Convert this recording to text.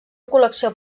col·lecció